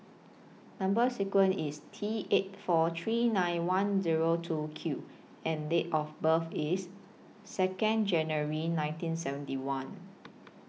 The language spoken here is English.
Number sequence IS T eight four three nine one Zero two Q and Date of birth IS Second January nineteen seventy one